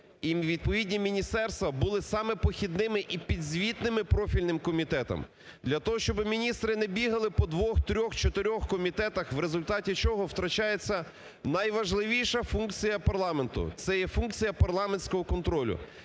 і відповідні міністерства були саме похідними і підзвітними профільним комітетам для того, щоб міністри не бігали по двох, трьох, чотирьох комітетах, в результаті чого втрачається найважливіша функція парламенту, це є функція парламентського контролю.